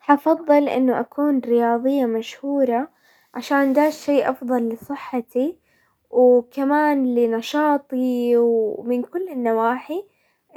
حفضل انه اكون رياضية مشهورة عشان دا الشي افضل لصحتي، وكمان لنشاطي ومن كل النواحي